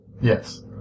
yes